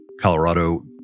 Colorado